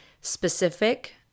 specific